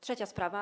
Trzecia sprawa.